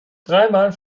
dreimal